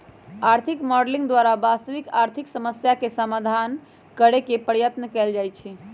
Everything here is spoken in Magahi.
आर्थिक मॉडलिंग द्वारा वास्तविक आर्थिक समस्याके समाधान करेके पर्यतन कएल जाए छै